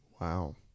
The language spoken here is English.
Wow